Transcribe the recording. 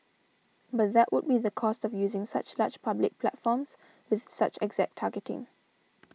but that would be the cost of using such large public platforms with such exact targeting